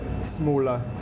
smaller